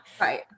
Right